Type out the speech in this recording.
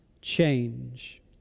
change